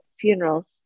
funerals